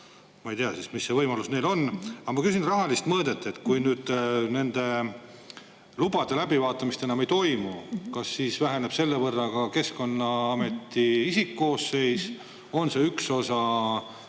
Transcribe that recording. Ma ei tea, mis see võimalus neil on. Aga ma küsin rahalise mõõtme kohta. Kui nüüd nende lubade läbivaatamist enam ei toimu, kas siis väheneb selle võrra ka Keskkonnaameti isikkoosseis? On see üks osa